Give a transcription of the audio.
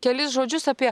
kelis žodžius apie